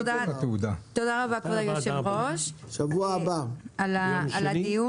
תודה רבה, כבוד היושב-ראש, על הדיון